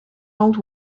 old